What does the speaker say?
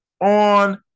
on